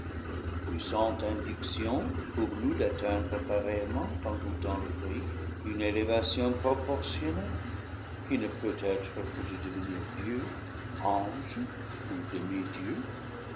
puissante induction pour nous d'atteindre pareillement en goûtant ce fruit une élévation proportion née qui ne peut être que de devenir dieux anges ou